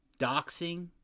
doxing